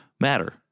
matter